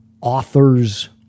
authors